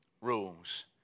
rules